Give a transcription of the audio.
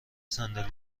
صندلی